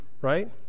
right